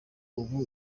ubu